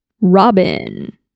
Robin